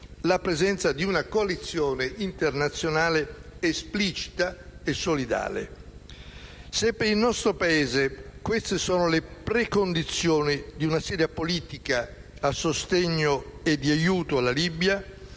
la presenza di una coalizione internazionale esplicita e solidale. Se per il nostro Paese queste sono le precondizioni di una seria politica a sostegno e di aiuto alla Libia,